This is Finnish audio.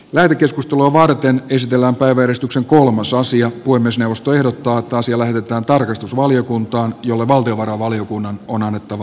lähetekeskustelua varten ystävänpäiväristuksen kolmas asia kuin myös puhemiesneuvosto ehdottaa että asia lähetetään tarkastusvaliokuntaan jolle valtiovarainvaliokunnan on annettava lausunto